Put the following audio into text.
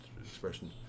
expression